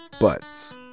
buts